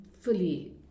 fully